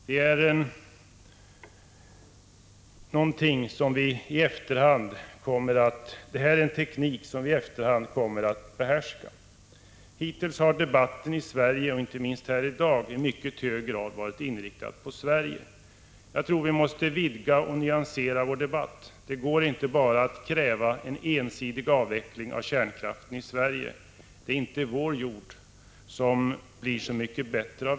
Det här är en teknik som vi efter hand kommer att behärska. Hittills har debatten här i dag i mycket hög grad varit inriktad på Sverige. Jag tror att vi måste vidga och nyansera vår debatt. Det går inte att bara kräva en ensidig avveckling av kärnkraften i Sverige. Det gör inte vår jord så mycket bättre.